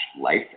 life